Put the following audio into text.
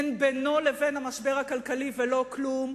אין בינו לבין המשבר הכלכלי ולא כלום.